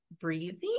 breathing